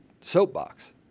soapbox